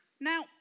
Now